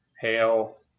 hail